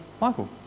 Michael